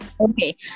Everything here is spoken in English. okay